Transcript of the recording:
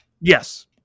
yes